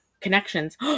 Connections